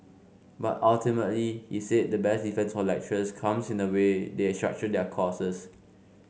but ultimately he said the best defence for lecturers comes in the way they structure their courses